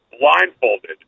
blindfolded